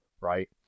right